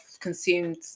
consumed